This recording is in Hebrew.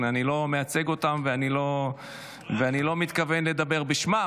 אני לא מייצג אותם, ואני לא מתכוון לדבר בשמם.